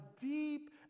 deep